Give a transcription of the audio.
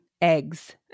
eggs